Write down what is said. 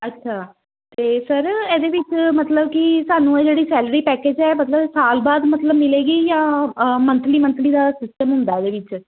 ਅੱਛਾ ਅਤੇ ਸਰ ਇਹਦੇ ਵਿੱਚ ਮਤਲਬ ਕਿ ਸਾਨੂੰ ਇਹ ਜਿਹੜੀ ਸੈਲਰੀ ਪੈਕਜ ਹੈ ਮਤਲਬ ਸਾਲ ਬਾਅਦ ਮਤਲਬ ਮਿਲੇਗੀ ਜਾਂ ਮੰਥਲੀ ਮੰਥਲੀ ਦਾ ਸਿਸਟਮ ਹੁੰਦਾ ਇਹਦੇ ਵਿੱਚ